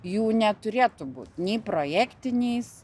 jų neturėtų būt nei projektiniais